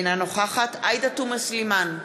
אינה נוכחת עאידה תומא סלימאן,